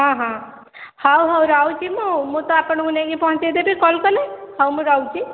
ହଁ ହଁ ହଉ ହଉ ରହୁଛି ମୁଁ ତ ଆପଣଙ୍କୁ ନେଇକି ପହଞ୍ଚାଇ ଦେବି କଲ୍ କଲେ ହଉ ମୁଁ ରହୁଛି